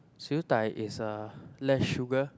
Siew-Dai is uh less sugar